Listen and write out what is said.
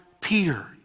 Peter